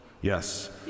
Yes